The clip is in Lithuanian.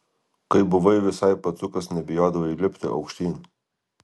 kai buvai visai pacukas nebijodavai lipti aukštyn